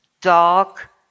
dark